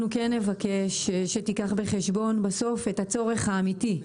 אנחנו כן נבקש שתיקח בחשבון בסוף את הצורך האמיתי.